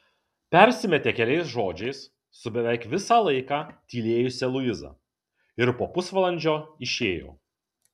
persimetė keliais žodžiais su beveik visą laiką tylėjusia luiza ir po pusvalandžio išėjo